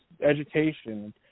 education